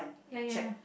ya ya ya